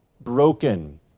broken